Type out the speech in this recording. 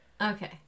Okay